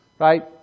right